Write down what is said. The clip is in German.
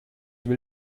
will